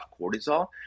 cortisol